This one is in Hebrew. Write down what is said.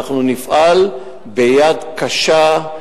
אנחנו נפעל ביד קשה.